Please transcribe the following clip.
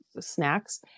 snacks